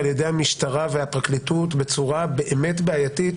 על ידי המשטרה והפרקליטות בצורה באמת בעייתית.